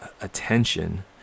attention